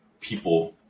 people